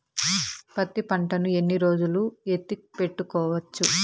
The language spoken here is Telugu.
పత్తి పంటను ఎన్ని రోజులు ఎత్తి పెట్టుకోవచ్చు?